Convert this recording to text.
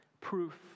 proof